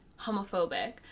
homophobic